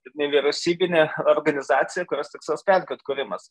kaip nevyriausybinė organizacija kurios tikslas kad kuriamas